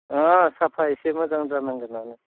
अ साफा एसे मोजां जानांगोनआनो